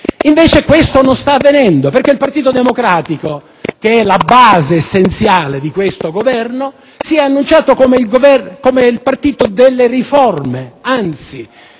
Invece, questo non sta avvenendo perché il partito democratico, che è la base essenziale di questo Governo, si è annunciato come il partito delle riforme. Anzi,